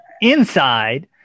inside